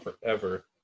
forever